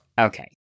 Okay